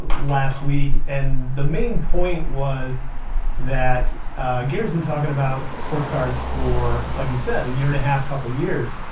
last week and the main point was that gary's been talking about sports cards for, like he said, a year and a half, couple years,